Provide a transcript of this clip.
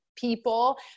people